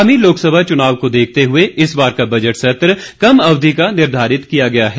आगामी लोकसभा चुनाव को देखते हए इस बार का बजट सत्र कम अवधि का निर्धारित किया गया है